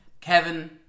Kevin